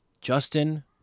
Justin